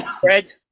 Fred